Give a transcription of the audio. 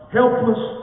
helpless